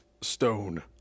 Stone